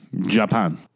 Japan